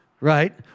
Right